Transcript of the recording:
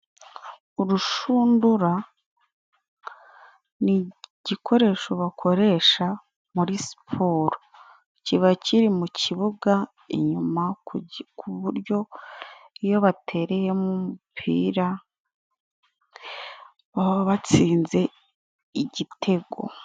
Urushundura, nigikoresho bakoresha muri siporo. Kiba kiri mu kibuga inyuma ku buryo iyo batereyemo umupira, baba batsinze igitego.